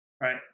right